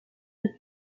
the